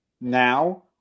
Now